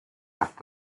left